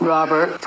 Robert